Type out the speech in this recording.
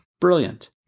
Brilliant